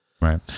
Right